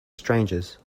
strangers